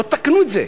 בואו תקנו את זה.